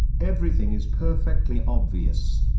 everything is perfectly obvious,